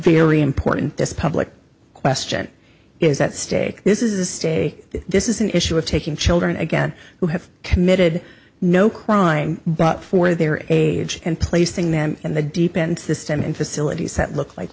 very important this public question is at stake this is a stay this is an issue of taking children again who have committed no crime but for their age and placing them in the deep end this time in facilities that look like